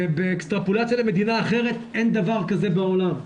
באקסטרפולציה למדינה אחרת אין דבר כזה בעולם.